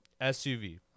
SUV